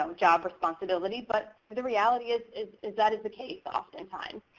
um job responsibility. but the reality is is is that is the case oftentimes.